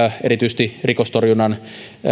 erityisesti rikostorjunnan